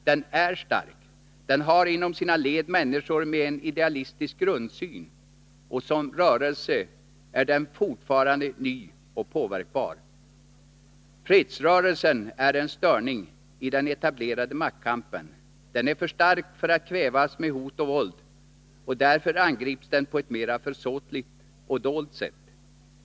Den är stark, den har inom sina led människor med en idealistisk grundsyn, och som rörelse är den fortfarande ny och påverkbar. Fredsrörelsen är en störning i den etablerade maktkampen, den är för stark för att kvävas med hot och våld, och därför angrips den på ett mera försåtligt och dolt sätt.